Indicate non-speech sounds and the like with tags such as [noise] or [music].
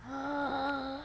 [noise]